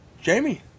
Jamie